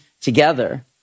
together